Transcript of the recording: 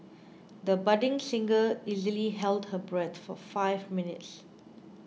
the budding singer easily held her breath for five minutes